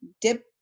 dip